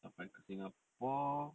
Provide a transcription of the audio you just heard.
sampai kat singapore